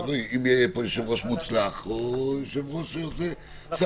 תלוי אם יהיה פה יושב-ראש מוצלח או יושב-ראש שיוצר סחבת...